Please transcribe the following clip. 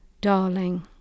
Darling